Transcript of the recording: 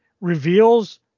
reveals